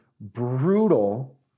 brutal